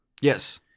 Yes